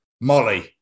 Molly